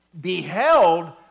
beheld